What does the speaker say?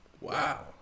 Wow